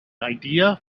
idea